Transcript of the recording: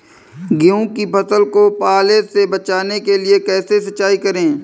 गेहूँ की फसल को पाले से बचाने के लिए कैसे सिंचाई करें?